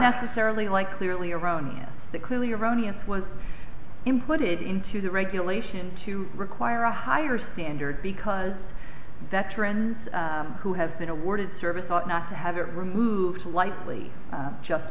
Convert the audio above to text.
necessarily like clearly erroneous that clearly erroneous was imported into the regulation to require a higher standard because that trend who has been awarded service ought not to have it removed lightly just